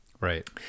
right